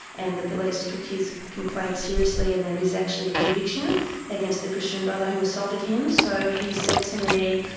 and the police took his complaint seriously and there is actually a conviction against the christian brother who assaulted him, so he said to me,